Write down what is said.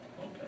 okay